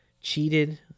cheated